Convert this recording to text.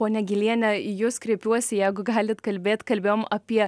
ponia gyliene į jus kreipiuosi jeigu galit kalbėt kalbėjom apie